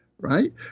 right